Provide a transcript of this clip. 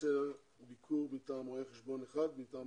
מתבצע ביקור מטעם רואה חשבון אחד מטעם